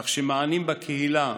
כך שמענים בקהילה,